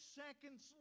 seconds